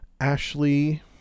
Ashley